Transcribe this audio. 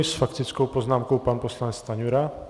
S faktickou poznámkou pan poslanec Stanjura.